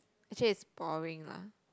actually it's boring lah